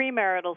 premarital